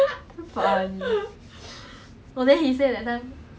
like 真的拿那个布擦到 orh 可以看到你的牙齿